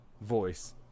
Voice